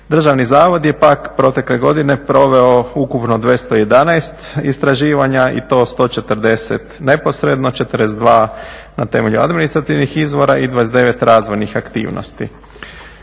Državni zavod je pak protekle godine proveo ukupno 211 istraživanja i to 140 neposredno, 42 na temelju administrativnih izvora i 29 razvojnih aktivnosti.